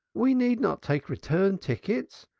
we need not take return tickets.